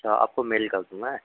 अच्छा आपको मेल कर दूँ मैं